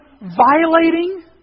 violating